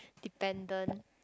dependent